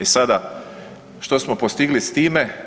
E sada što smo postili s time?